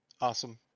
awesome